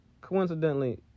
Coincidentally